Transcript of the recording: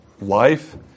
life